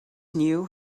knew